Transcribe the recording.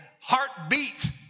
heartbeat